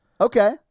Okay